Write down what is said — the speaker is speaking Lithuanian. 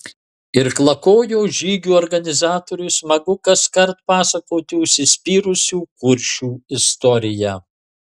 irklakojo žygių organizatoriui smagu kaskart pasakoti užsispyrusių kuršių istoriją